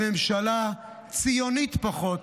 ממשלה ציונית פחות.